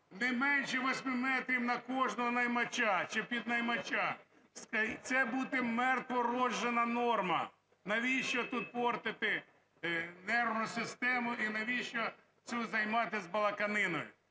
не менше 8 метрів на кожного наймача чи піднаймача. Це буде мертво роджена норма. Навіщо тут портити нервну систему і навіщо цю… займатися балаканиною.